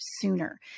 sooner